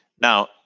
Now